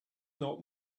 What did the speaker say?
not